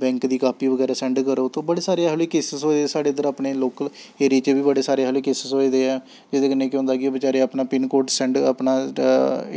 bank दी copy बगैरा send करो तो बड़े सारे ऐहो जेह् केसिस होए साढ़े इद्धर अपने लोकल एरिये च बी बड़े सारे ऐहो जेह् केसिस होए दे ऐ एह्दे कन्नै केह् होंदा कि ओह् बचैरे अपना पिनकोड सैंड्ड अपना